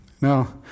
Now